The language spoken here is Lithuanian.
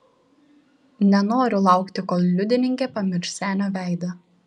nenoriu laukti kol liudininkė pamirš senio veidą